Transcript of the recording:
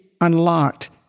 unlocked